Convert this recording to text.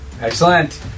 Excellent